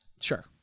Sure